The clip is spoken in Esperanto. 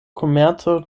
komerco